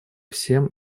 всем